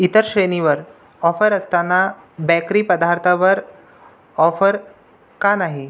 इतर श्रेणीवर ऑफर असताना बॅकरी पदार्थांवर ऑफर का नाही